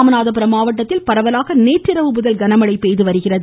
ராமநாதபுரம் மாவட்டத்தில் பரவலாக நேற்றிரவு முதல் கனமழை பெய்து வருகிறது